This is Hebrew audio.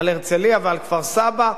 על הרצלייה ועל כפר-סבא.